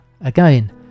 again